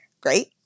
great